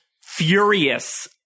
furious